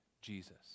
Jesus